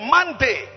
Monday